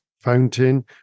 fountain